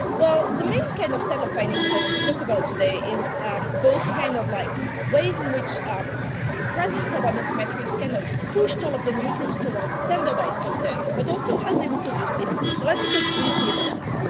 well, the so main kind of set of findings that i want to talk about today is both the kind of like ways in which ah but the presence of audience metrics kind of pushed all of the newsrooms towards standardized content, but also how they reproduce different. so let me talk briefly about that.